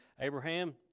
Abraham